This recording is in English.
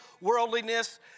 worldliness